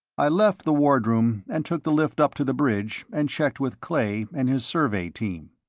i left the wardroom and took the lift up to the bridge and checked with clay and his survey team.